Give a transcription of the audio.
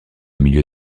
milieu